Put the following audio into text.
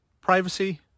privacy